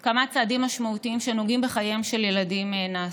נעשו כמה צעדים משמעותיים שנוגעים לחייהם של ילדים.